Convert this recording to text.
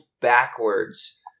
backwards